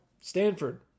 Stanford